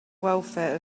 welfare